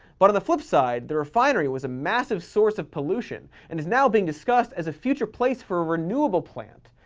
but on the flip side, the refinery was a massive source of pollution and is now being discussed as a future place for a renewable plant.